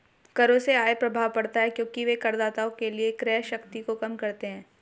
करों से आय प्रभाव पड़ता है क्योंकि वे करदाताओं के लिए क्रय शक्ति को कम करते हैं